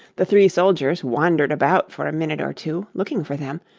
the three soldiers wandered about for a minute or two, looking for them,